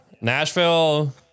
Nashville